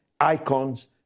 icons